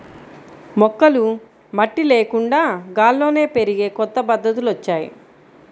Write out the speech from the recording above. మొక్కలు మట్టి లేకుండా గాల్లోనే పెరిగే కొత్త పద్ధతులొచ్చాయ్